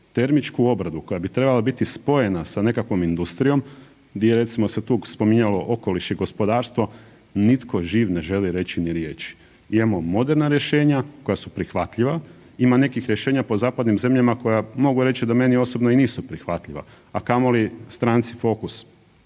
termičku obradu koja bi trebala biti spojena sa nekakvom industrijom di je recimo se tu spominjalo okoliš i gospodarstvo, nitko živ ne želi reći ni riječi. Imamo moderna rješenja koja su prihvatljiva, ima nekih rješenja po zadanim zemljama koja mogu reći da meni osobno i nisu prihvatljiva, a kamoli Stranci Fokus.